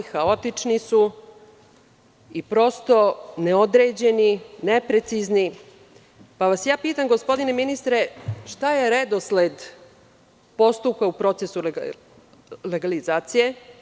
Haotični su, neodređeni su i neprecizni su, pa vas pitam gospodine ministre, šta je redosled postupka u procesu legalizacije?